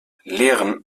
lehren